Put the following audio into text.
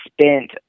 spent